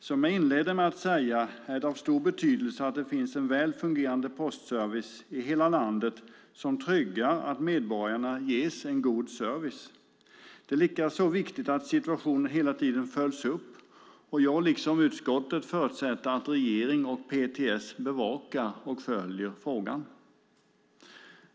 Som jag inledde med att säga är det av stor betydelse att det finns en väl fungerande postservice i hela landet som tryggar att medborgarna ges en god service. Det är likaså viktigt att situationen hela tiden följs upp, och jag liksom utskottet förutsätter att regeringen och PTS bevakar och följer frågan.